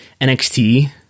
NXT